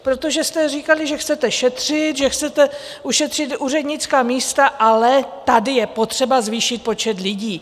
Protože jste říkali, že chcete šetřit, že chcete ušetřit úřednická místa, ale tady je potřeba zvýšit počet lidí.